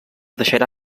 deixarà